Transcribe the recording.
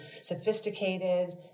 sophisticated